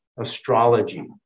astrology